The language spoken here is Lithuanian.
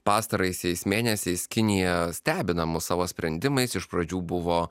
pastaraisiais mėnesiais kinija stebina mus savo sprendimais iš pradžių buvo